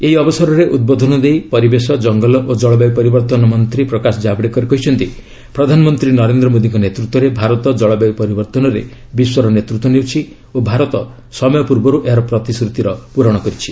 ଏହି ଅବସରରେ ଉଦ୍ବୋଧନ ଦେଇ ପରିବେଶ ଜଙ୍ଗଲ ଓ ଜଳବାୟୁ ପରିବର୍ତ୍ତନ ମନ୍ତ୍ରୀ ପ୍ରକାଶ ଜାବଡେକର କହିଛନ୍ତି ପ୍ରଧାନମନ୍ତ୍ରୀ ନରେନ୍ଦ୍ର ମୋଦୀଙ୍କ ନେତୃତ୍ୱରେ ଭାରତ ଜଳବାୟୁ ପରିବର୍ତ୍ତନରେ ବିଶ୍ୱର ନେତୃତ୍ୱ ନେଉଛି ଓ ଭାରତ ସମୟ ପୂର୍ବରୁ ଏହାର ପ୍ରତିଶ୍ରତିର ପୂରଣ କରିଛି